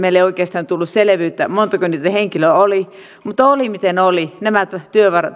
meille ei oikeastaan tullut selvyyttä montako niitä henkilöitä oli mutta oli miten oli nämä